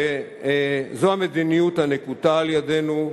זו המדיניות הנקוטה על-ידינו,